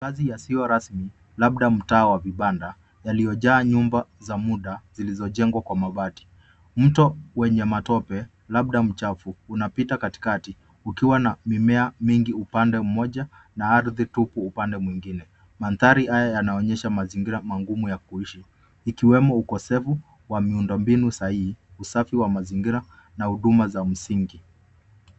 Kazi yasio rasmi, labda mtaa wa vibanda, yaliojaa nyumba za muda zilizojengwa kwa mabati. Mto wenye matope, labda mchafu, unapita katikati ukiwa na mimea mingi upande moja na ardhi tupu upande mwingine Mandhari haya yanaonyesha mazingira mangumu ya kuishi, ikiwemo ukosefu wa miundombinu sahi sahi na usafi wa mazingira na huduma za msingi.